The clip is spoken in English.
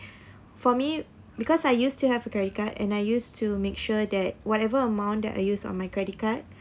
for me because I used to have a credit card and I used to make sure that whatever amount that I use on my credit card